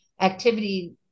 Activity